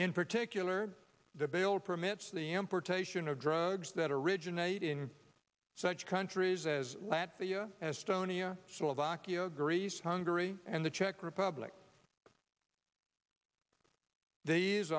in particular the bill permits the importation of drugs that originate in such countries as latvia estonia slovakia greece hungary and the czech republic the